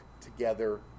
together